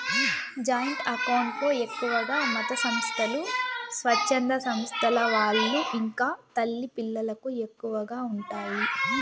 joint account లో ఎక్కువగా మతసంస్థలు, స్వచ్ఛంద సంస్థల వాళ్ళు ఇంకా తల్లి పిల్లలకు ఎక్కువగా ఉంటాయి